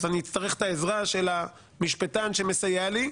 אז אני אצטרך את העזרה של המשפטן שמסייע לי,